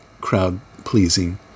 crowd-pleasing